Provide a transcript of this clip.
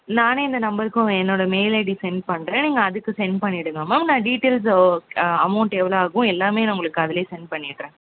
நானே இந்த நம்பர்க்கு உங்கள் என்னோடய மெயில் ஐடி செண்ட் பண்ணுறேன் நீங்கள் அதுக்கு செண்ட் பண்ணிடுங்க மேம் நான் டீட்டெயில்ஸ் ஓ அமௌண்ட் எவ்வளோ ஆகும் எல்லாமே நான் உங்களுக்கு அதிலயே செண்ட் பண்ணிடுறேன்